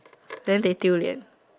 then they 丢脸